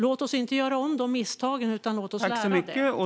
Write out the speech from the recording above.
Låt oss inte göra om de misstagen utan låt oss lära av det.